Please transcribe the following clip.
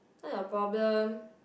not your problem